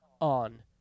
on